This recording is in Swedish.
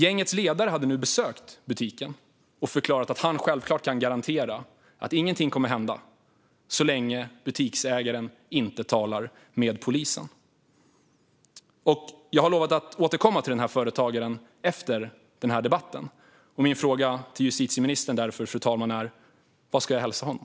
Gängets ledare besökte butiken och förklarade att han självfallet kunde garantera att ingenting skulle hända så länge butiksägaren inte talade med polisen. Jag har lovat att återkomma till denna företagare efter debatten. Min fråga till justitieministern, fru talman, är därför: Vad ska jag hälsa honom?